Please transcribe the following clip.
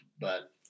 but-